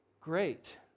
great